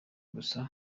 gusa